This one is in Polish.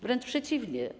Wręcz przeciwnie.